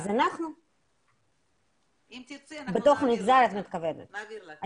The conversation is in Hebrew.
אם תרצי אנחנו נעביר לך.